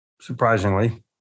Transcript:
surprisingly